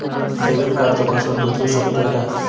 Debit कार्डचो password बदलु शकतव काय?